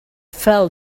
fell